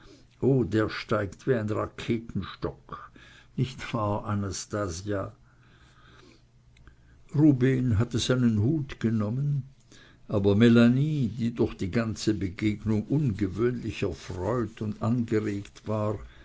der steigt wie ein raketenstock nicht wahr anastasia rubehn hatte seinen hut genommen aber melanie die durch die ganze begegnung ungewöhnlich erfreut und angeregt war